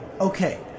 Okay